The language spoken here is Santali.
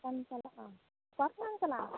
ᱚᱠᱟᱢ ᱪᱟᱞᱟᱜᱼᱟ ᱪᱟᱞᱟᱜᱼᱟ